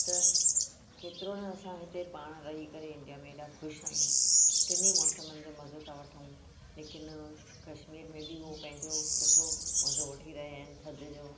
त केतिरो न असां हिते पाण रही करे इंडिया में हेॾा ख़ुशि आहियूं टिनी मोसमुनि जो मज़ो ता वठऊं लेकिन कश्मीर में बि उहो पंहिंजो सुठो मज़ो वठी रहिया आहिनि थधि जो